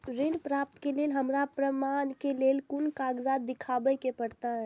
ऋण प्राप्त के लेल हमरा प्रमाण के लेल कुन कागजात दिखाबे के परते?